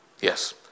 Yes